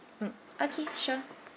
mm okay sure